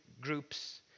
groups